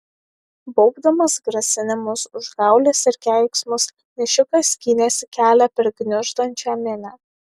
baubdamas grasinimus užgaules ir keiksmus nešikas skynėsi kelią per gniuždančią minią